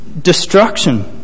destruction